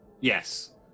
Yes